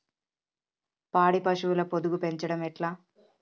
పాడి పశువుల పొదుగు పెంచడం ఎట్లా?